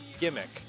gimmick